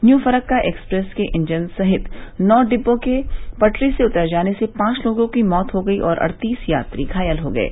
new Farakka express के engine सहित नौ डिब्बों के पटरी से उतर जाने से पांच लोगों की मौत हो गई और अड़तीस यात्री घायल हो गये